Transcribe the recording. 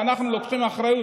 ואנחנו לוקחים אחריות.